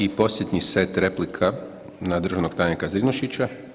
I posljednji set replika na državnog tajnika Zrinušića.